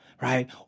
Right